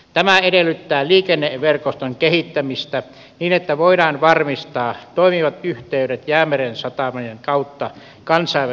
tämä edellyttää liikenneverkoston kehittämistä niin että voidaan varmistaa toimivat yhteydet jäämeren satamien kautta kansainvälisille markkinoille